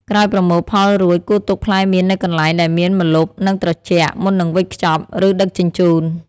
ក្រោយប្រមូលផលរួច គួរទុកផ្លែមៀននៅកន្លែងដែលមានម្លប់ និងត្រជាក់ មុននឹងវេចខ្ចប់ ឬដឹកជញ្ជូន។